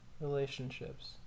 Relationships